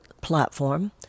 platform